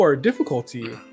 Difficulty